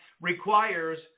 requires